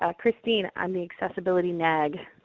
ah christine, i'm the accessibility nag.